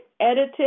edited